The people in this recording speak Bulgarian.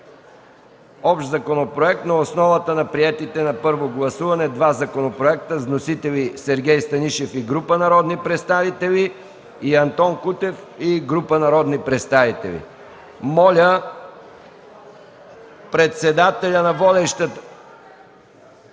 общ законопроект на основата на приетите на първо гласуване два законопроекта с вносители Сергей Станишев и група народни представители, и Антон Кутев и група народни представители. (Шум и реплики от